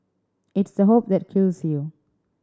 it's the hope that kills you